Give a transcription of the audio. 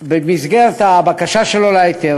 שלו להיתר,